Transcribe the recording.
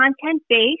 content-based